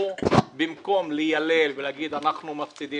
במקום ליילל ולהגיד אנחנו מפסידים